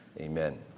Amen